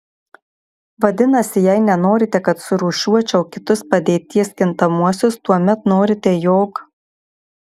vadinasi jei nenorite kad surūšiuočiau kitus padėties kintamuosius tuomet norite jog